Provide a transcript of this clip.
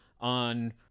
on